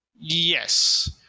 Yes